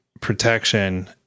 protection